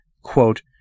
quote